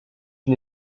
une